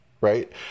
right